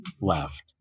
left